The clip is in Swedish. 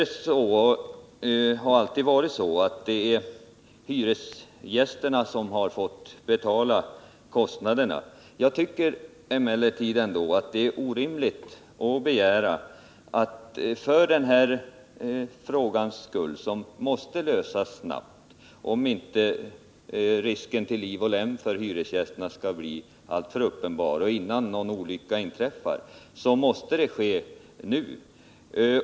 Det är och har alltid varit så att hyresgästerna får betala kostnaderna i sådana här sammanhang. Jag tycker emellertid att det är orimligt att begära att så skall vara fallet även när det gäller den här frågan. Den måste ju lösas snabbt för att inte risken att hyresgästerna skadas till liv och lem skall bli alltför stor. För att förhindra att en olycka inträffar måste någonting göras nu.